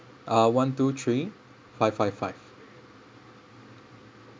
uh one two three five five five